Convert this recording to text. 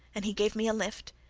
and he gave me a lift,